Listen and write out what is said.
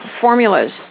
formulas